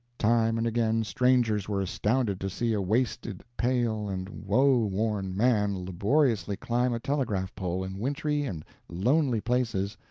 time and again, strangers were astounded to see a wasted, pale, and woe-worn man laboriously climb a telegraph-pole in wintry and lonely places,